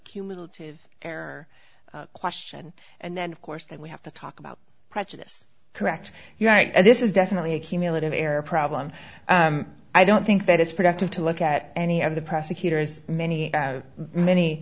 cumulative error question and then of course that we have to talk about prejudice correct you're right and this is definitely a cumulative error problem i don't think that it's productive to look at any of the prosecutors many many